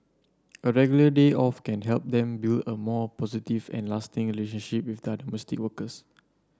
a regular day off can help them build a more positive and lasting relationship with their workers